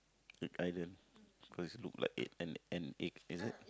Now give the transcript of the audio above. the island because look like egg look like an an egg is it